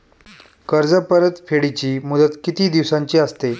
कर्ज परतफेडीची मुदत किती दिवसांची असते?